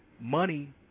Money